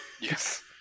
Yes